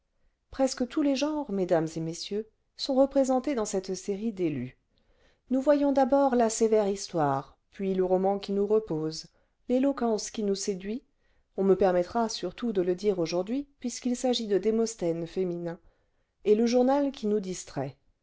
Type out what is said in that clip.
presque tous les genres mesdames et messieurs sont représentés clans cette série d'élus nous voyons d'abord la sévère histoire puis le roman qui nous repose l'éloquence qui nous séduit on me permettra surtout de le dire aujourd'hui puisqu'il s'agit de démosthènes féminins et le journal qui nous